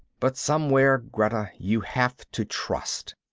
but somewhere, greta, you have to trust.